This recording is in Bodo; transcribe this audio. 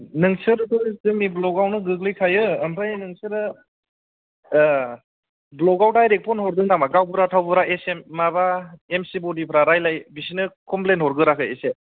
नोंसोर फोर जोंनि ब्लगआवनो गोग्लैखायो ओमफ्राय नोंसोरो ब्लगआव दायरेक फन हरदों नामा गावबुरा थावबुरा एस एम माबा एमसि बदिफ्रा रायलाय बिसिनो कमप्लेन हरगोराखै एसे